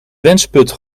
wensput